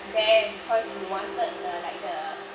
there because you wanted the like the